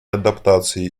адаптации